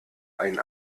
ein